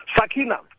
Sakina